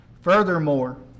Furthermore